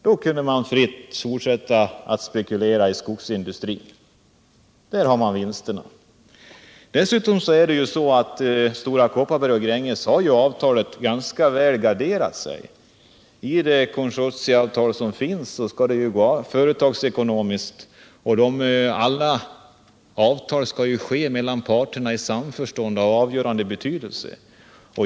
Då kunde man fritt fortsätta att spekulera i skogsindustrin. Där har man vinsterna. Dessutom har Stora Kopparberg och Gränges i avtalet garderat sig ganska väl. I det konsortieavtal som finns skall det vara företagsekonomi, och alla avtal av avgörande betydelse skall göras mellan parterna i samförstånd.